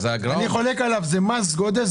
אני חולק עליו: זה מס גודש,